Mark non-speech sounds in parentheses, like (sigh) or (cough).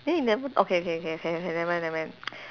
then he never okay okay okay never mind never mind (noise)